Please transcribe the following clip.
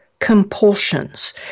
compulsions